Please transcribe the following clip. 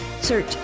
search